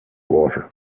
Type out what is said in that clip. water